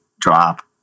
drop